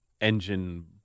engine